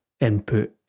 input